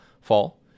fall